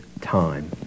time